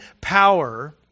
power